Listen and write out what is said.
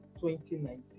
2019